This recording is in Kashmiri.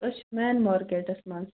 أسۍ چھِ مین مارکٮ۪ٹس منٛز